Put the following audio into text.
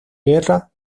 guerra